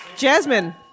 Jasmine